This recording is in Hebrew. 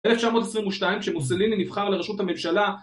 ב־1922 כשמוסליני נבחר לראשות הממשלה...